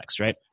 right